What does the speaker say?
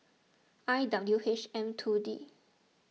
I W H M two D